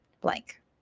blank